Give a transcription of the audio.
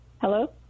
Hello